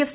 F